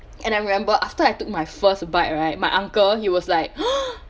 and I remember after I took my first bite right my uncle he was like